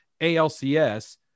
ALCS